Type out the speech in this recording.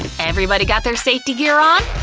everybody got their safety gear on?